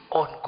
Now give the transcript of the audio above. on